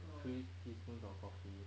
three teaspoons of coffee